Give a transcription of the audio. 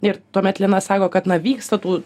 ir tuomet lina sako kad na vyksta tų